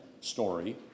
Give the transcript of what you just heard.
story